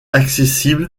accessible